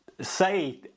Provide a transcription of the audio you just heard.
say